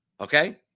Okay